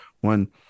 one